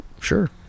sure